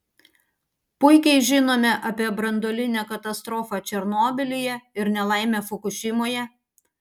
puikiai žinome apie branduolinę katastrofą černobylyje ir nelaimę fukušimoje